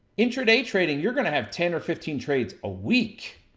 intraday trading, you're gonna have ten or fifteen trades a week.